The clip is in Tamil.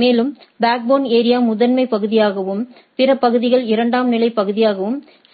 மேலும் பேக்போன் ஏரியா முதன்மை பகுதியாகவும் பிற பகுதிகள் இரண்டாம் நிலை பகுதியாகவும் செயல்படுகின்றன